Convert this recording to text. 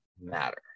matter